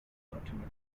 automatically